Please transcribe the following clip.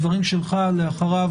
דברים שלך, ואחריך